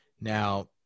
Now